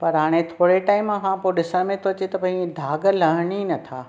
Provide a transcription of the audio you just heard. पर हाणे थोरे टाइम खां पोइ ॾिसण में थो अचे त भई दाग़ लहनि ई न था